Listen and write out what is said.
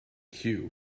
cue